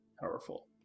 powerful